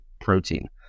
protein